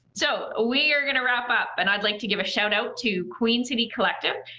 so ah we are gonna wrap up, and i'd like to give a shout out to queen city collective,